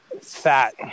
fat